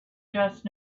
just